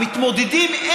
המתמודדים,